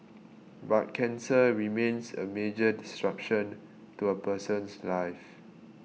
but cancer remains a major disruption to a person's life